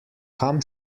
kam